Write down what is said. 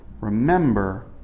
Remember